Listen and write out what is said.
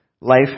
life